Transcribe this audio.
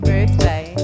Birthday